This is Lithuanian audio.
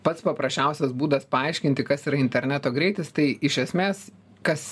pats paprasčiausias būdas paaiškinti kas yra interneto greitis tai iš esmės kas